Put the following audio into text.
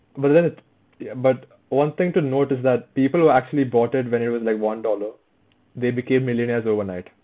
but then it ya but one thing to note is that people who actually bought it when it was like one dollar they became millionaires overnight